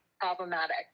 problematic